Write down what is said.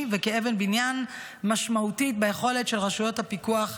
וכאבן בניין משמעותית ביכולת של רשויות הפיקוח במדינה.